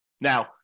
Now